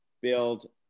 build